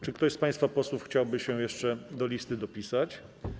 Czy ktoś z państwa posłów chciałby się jeszcze dopisać do listy?